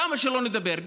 כמה שלא נדבר,